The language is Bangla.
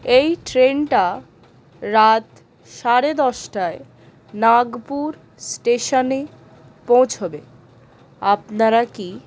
এই ট্রেনটা রাত সাড়ে দশটায় নাগপুর স্টেশানে পৌঁছবে আপনারা কি